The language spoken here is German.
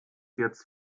jetzt